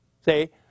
Say